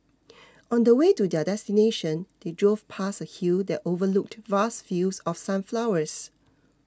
on the way to their destination they drove past a hill that overlooked vast fields of sunflowers